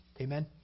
Amen